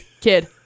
Kid